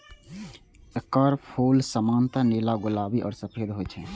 एकर फूल सामान्यतः नीला, गुलाबी आ सफेद होइ छै